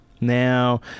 Now